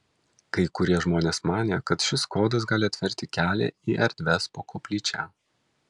kai kurie žmonės manė kad šis kodas gali atverti kelią į erdves po koplyčia